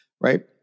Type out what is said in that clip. right